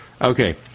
Okay